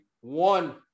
one